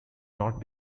not